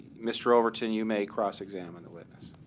mr. overton, you may cross-examine the witness.